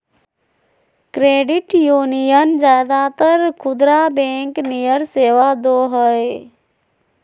credit union ज्यादातर खुदरा bank नियर सेवा दो हइ